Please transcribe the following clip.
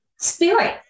spirit